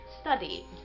study